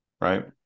right